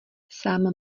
sám